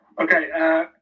Okay